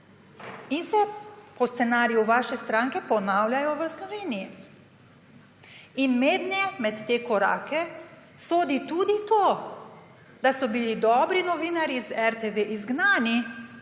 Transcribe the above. in se po scenariju vaše stranke ponavljajo v Sloveniji. In med te korake sodi tudi to, da so bili dobri novinarji iz RTV izgnani.